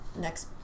next